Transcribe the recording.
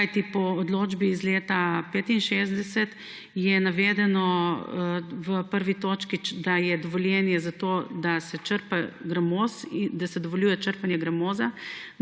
Kajti po odločbi iz leta 1965 je navedeno v 1. točki, da je dovoljenje za to, da se dovoljuje črpanje gramoza